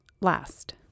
last